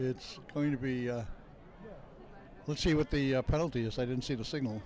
it's going to be let's see what the penalty is i didn't see the signal